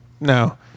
No